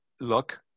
look